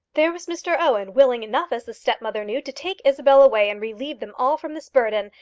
there was mr owen, willing enough, as the stepmother knew, to take isabel away and relieve them all from this burden,